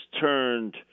turned